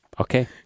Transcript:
okay